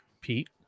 Pete